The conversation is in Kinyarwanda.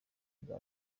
bwa